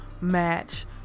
match